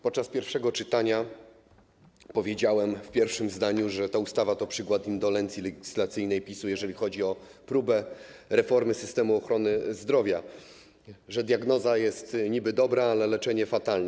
Podczas pierwszego czytania powiedziałem w pierwszym zdaniu, że ta ustawa to przykład indolencji legislacyjnej PiS, jeżeli chodzi o próbę reformy systemu ochrony zdrowia, że diagnoza jest niby dobra, ale leczenie fatalne.